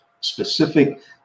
specific